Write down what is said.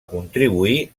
contribuir